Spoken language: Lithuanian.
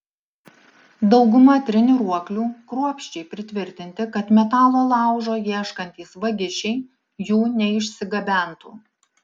dauguma treniruoklių kruopščiai pritvirtinti kad metalo laužo ieškantys vagišiai jų neišsigabentų